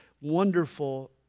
wonderful